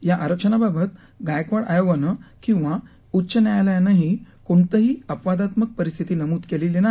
या आरक्षणाबाबत गायकवाड आयोगानं किंवा उच्च न्यायालयानंही कोणतीही अपवादात्मक परिस्थिती नमूद केलेली नाही